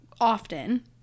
often